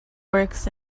works